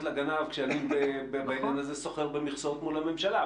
לגנב כשאני בעניין הזה סוחר במכסות מול הממשלה,